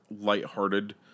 lighthearted